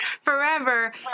forever